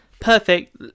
perfect